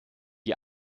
die